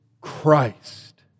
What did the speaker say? Christ